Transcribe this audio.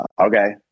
Okay